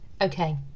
Okay